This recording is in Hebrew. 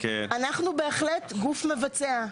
אנחנו בהחלט גוף מבצע.